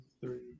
three